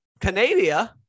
canadia